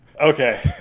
Okay